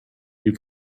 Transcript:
you